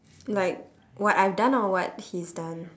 like what I have I done or what he's done